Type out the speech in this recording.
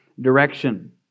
direction